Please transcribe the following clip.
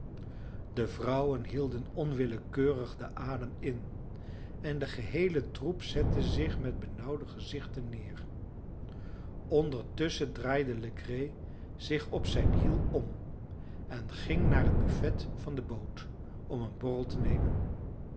de vrouwen hielden onwillekeurig den adem in en de geheele troep zette zich met benauwde gezichten neer ondertusschen draaide legree zich op zijn hiel om en ging naar het buffet van de boot om een borrel te nemen